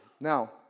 now